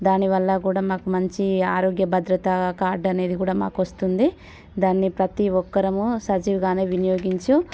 దానివల్ల కూడా మాకు మంచి ఆరోగ్య భద్రత కార్ద్ అనేది కూడా మాకు వస్తుంది దాన్ని ప్రతి ఒక్కరము సజీవ్గానే వినియోగించు